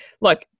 look